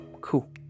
Cool